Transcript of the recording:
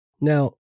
Now